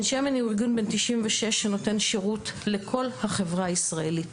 בן שמן הוא ארגון בן 96 שנותן שירות לכל החברה הישראלית,